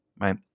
right